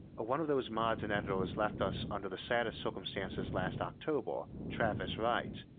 one of those mods and editors left us under the saddest circumstances last october, travis wright,